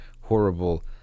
horrible